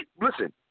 Listen